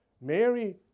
Mary